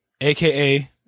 aka